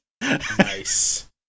nice